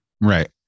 Right